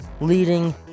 leading